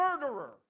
murderer